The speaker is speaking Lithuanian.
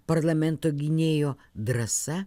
parlamento gynėjo drąsa